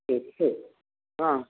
ठीक छै हँ